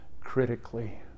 critically